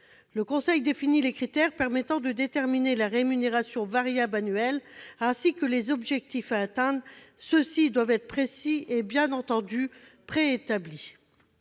Le conseil définit les critères permettant de déterminer la rémunération variable annuelle ainsi que les objectifs à atteindre. Ceux-ci doivent être précis et bien entendu préétablis.